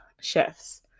chefs